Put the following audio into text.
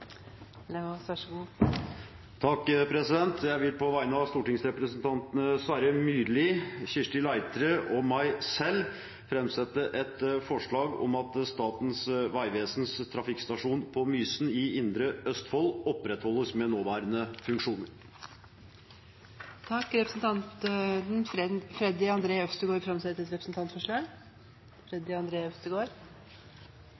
Jeg vil på vegne av stortingsrepresentantene Sverre Myrli, Kirsti Leirtrø og meg selv sette fram et forslag om at Statens vegvesens trafikkstasjon på Mysen i Indre Østfold opprettholdes. Representanten Freddy André Øvstegård vil framsette et representantforslag. I forbindelse med likelønnsdagen i morgen har jeg gleden av å fremme et representantforslag